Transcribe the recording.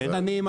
על ידי הרפתנים,